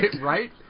right